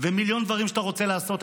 ומיליון דברים שאתה רוצה לעשות.